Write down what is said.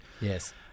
Yes